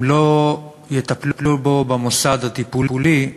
אם לא יטפלו בו במוסד הטיפולי,